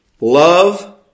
Love